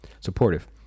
supportive